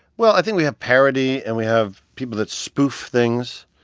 well, i think we have parody, and we have people that spoof things.